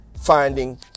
finding